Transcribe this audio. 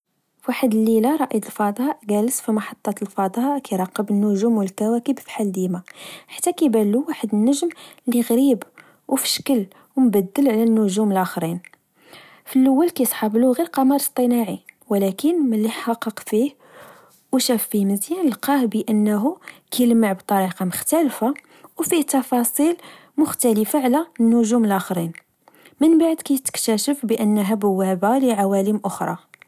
في واحد الليلة، رائد الفضاء چالس في محطة الفضاء كراقب النجوم و الكواكب فحال ديما، حتى كبا لو واحد النجم اللي غريب أو فشكل، ومبدل على النجوم لاخرين، في اللول كصحابلو غير قمر صطناعي ، ولكن ملي حقق فيه، أو شاف فيه مزيان، لقاه بأنه كلمع بطريقة مختلفة، وفيه تفاصيل مختلفة على النجوم لخرين، من بعد كتكتاشف أنها بوابة لعوالم أخرين